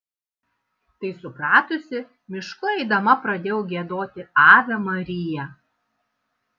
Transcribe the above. tai supratusi mišku eidama pradėjau giedoti ave maria